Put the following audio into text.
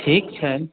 ठीक छै न